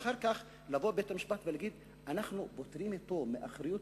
ואחר כך יבוא בית-המשפט ויגיד: אנחנו פוטרים אותו מאחריות,